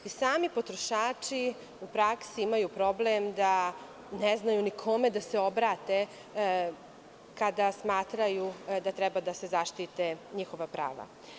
Sami potrošači u praksi imaju problem da ne znaju ni kome da se obrate, kada smatraju da treba da se zaštite njihova prava.